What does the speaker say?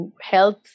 health